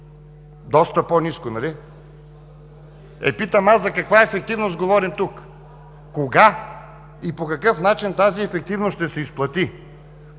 Доста по-ниско, нали? Питам аз – за каква ефективност говорим тук? Кога и по какъв начин тази ефективност ще се изплати?